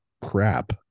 crap